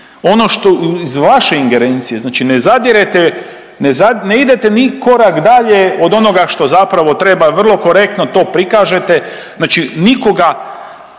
ono što iz vaše ingerencije, znači ne zadirete, ne idete ni korak dalje od onoga što zapravo treba, vrlo korektno to prikažete, znači nikoga